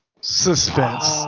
suspense